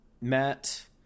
Matt